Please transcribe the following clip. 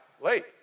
late